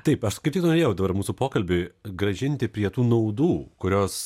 taip as kaip tik norėjau dabar mūsų pokalbį grąžinti prie tų naudų kurios